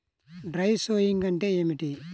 Dry sowing అంటే ఏమిటి?